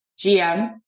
GM